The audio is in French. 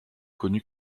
connu